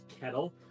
kettle